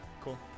Cool